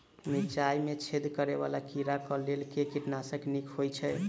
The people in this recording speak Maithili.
मिर्चाय मे छेद करै वला कीड़ा कऽ लेल केँ कीटनाशक नीक होइ छै?